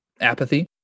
apathy